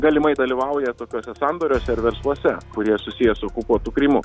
galimai dalyvauja tokiuose sandoriuose ir versluose kurie susiję su okupuotu krymu